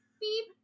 Beep